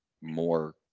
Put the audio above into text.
more